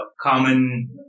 common